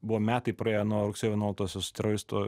buvo metai praėję nuo rugsėjo vienuoliktosios teroristų